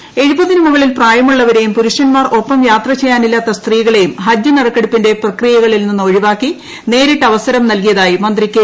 ജലീൽ എഴുപതിന് മുകളിൽ പ്രപ്പായമുള്ളവരെയും പുരുഷൻമാർ ഒപ്പം യാത്ര ചെയ്യാനില്ലാത്ത് ്സ്ത്രീകളെയും ഹജ്ജ് നറുക്കെടുപ്പിന്റെ പ്രക്രിയകളിൽ നിന്ന് ഒഴീവാക്കി നേരിട്ട് അവസരം നൽകിയതായി മന്ത്രി കെ